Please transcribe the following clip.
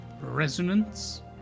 Resonance